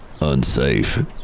unsafe